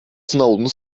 snowden